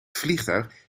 vliegtuig